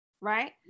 right